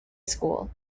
school